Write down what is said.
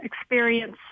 experience